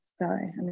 Sorry